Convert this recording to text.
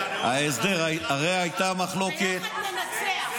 הרי הייתה מחלוקת --- ביחד ננצח.